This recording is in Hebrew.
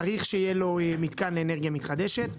צריך שיהיה לו מתקן לאנרגיה מתחדשת.